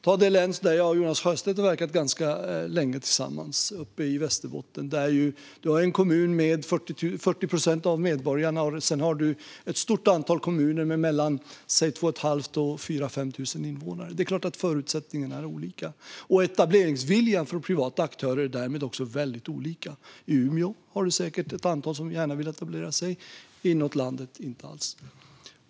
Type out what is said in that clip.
Ta Västerbotten, det län där jag och Jonas Sjöstedt har verkat tillsammans ganska länge. Där har vi en kommun med 40 procent av invånarna och ett stort antal kommuner med mellan 2 500 och 4 000-5 000 invånare. Det är klart att förutsättningarna är olika, och därmed är etableringsviljan hos privata aktörer väldigt olika. I Umeå är det säkert ett antal som gärna vill etablera sig. Inåt landet är det inga alls.